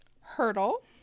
Hurdle